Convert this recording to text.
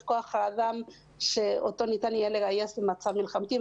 כוח האדם אותו ניתן יהיה לגייס במצב מלחמתי,